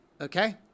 Okay